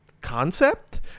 concept